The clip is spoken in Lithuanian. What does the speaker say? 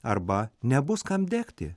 arba nebus kam degti